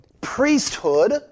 priesthood